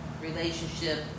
relationship